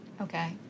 Okay